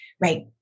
right